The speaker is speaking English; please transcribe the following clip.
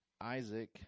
Isaac